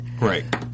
right